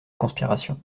conspiration